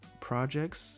projects